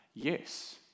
Yes